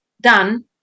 done